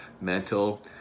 mental